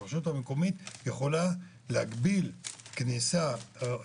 הרשות המקומית יכולה להגביל כניסה או